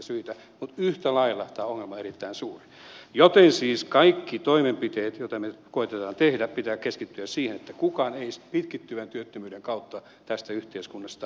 mutta yhtä lailla tämä ongelma on erittäin suuri joten kaikkien toimenpiteiden joita meillä koetetaan tehdä pitää keskittyä siihen että kukaan ei pitkittyvän työttömyyden kautta tästä yhteiskunnasta syrjäydy